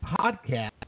podcast